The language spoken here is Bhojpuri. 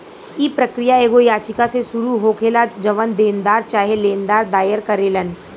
इ प्रक्रिया एगो याचिका से शुरू होखेला जवन देनदार चाहे लेनदार दायर करेलन